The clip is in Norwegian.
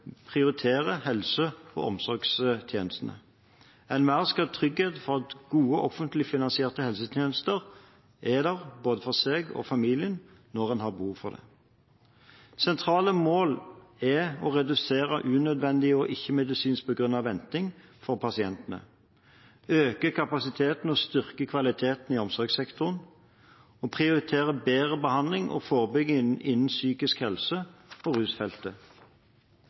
prioriterer helse- og omsorgstjenestene. Enhver skal ha trygghet for at gode offentlig finansierte helsetjenester er der både for seg og familien når man har behov for det. Sentrale mål er å redusere unødvendig og ikke-medisinsk begrunnet venting for pasientene øke kapasiteten og styrke kvaliteten i omsorgssektoren prioritere bedre behandling og forebygging innen psykisk helse og rusfeltet